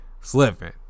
Slipping